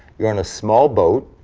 you're on a small boat,